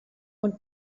und